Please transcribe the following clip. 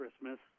Christmas